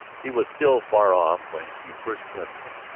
he was still far off when she first glimpsed him,